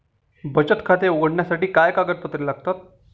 बचत खाते उघडण्यासाठी काय कागदपत्रे लागतात?